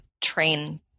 train